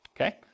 okay